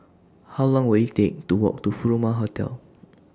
How Long Will IT Take to Walk to Furama Hotel